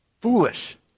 Foolish